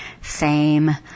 fame